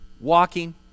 walking